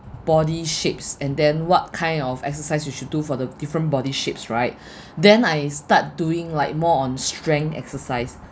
body shapes and then what kind of exercise you should do for the different body shapes right then I start doing like more on strength exercise